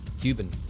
Cuban